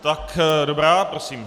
Tak dobrá, prosím.